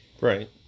Right